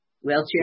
wheelchair